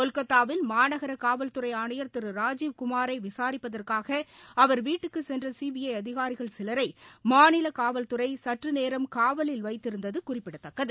கொல்கத்தாவில் மாநகர காவல்துறை ஆணையர் திரு ராஜீவ்குமாரை விசாரிப்பதற்காக அவர் வீட்டுக்கு சென்ற சிபிஐ அதிகாரிகள் சிலரை மாநில காவல்துறை சற்று நேரம் காவலில் வைத்திருந்தது குறிப்பிடத்தக்கது